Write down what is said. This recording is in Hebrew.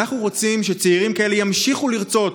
אנחנו רוצים שצעירים כאלה ימשיכו לרצות